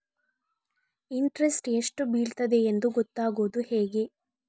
Interest ಎಷ್ಟು ಬೀಳ್ತದೆಯೆಂದು ಗೊತ್ತಾಗೂದು ಹೇಗೆ?